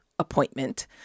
appointment